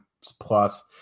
plus